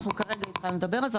אנחנו כרגע התחלנו לדבר על זה,